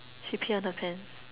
she pee on her pants